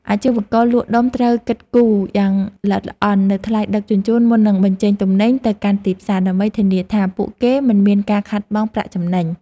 អាជីវករលក់ដុំត្រូវគិតគូរយ៉ាងល្អិតល្អន់នូវថ្លៃដឹកជញ្ជូនមុននឹងបញ្ចេញទំនិញទៅកាន់ទីផ្សារ ដើម្បីធានាថាពួកគេមិនមានការខាតបង់ប្រាក់ចំណេញ។